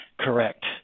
correct